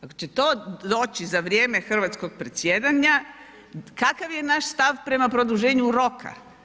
Ako će to doći za vrijeme hrvatskog predsjedanja, kakav je naš stav prema produženju roka?